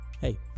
Hey